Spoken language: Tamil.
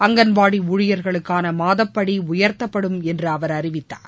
அங்கன்வாடி ஊழியர்களுக்கான மாதப்படி உயர்த்தப்படும் என்று அறிவித்த அவர்